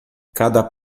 cada